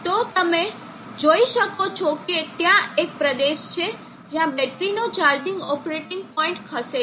તો તમે જોઈ શકો છો કે ત્યાં એક પ્રદેશ છે જ્યાં બેટરીનો ચાર્જિંગ ઓપરેટિંગ પોઇન્ટ ખસે છે